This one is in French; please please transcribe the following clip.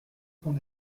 qu’on